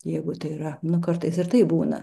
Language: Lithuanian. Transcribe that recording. jeigu tai yra nu kartais ir taip būna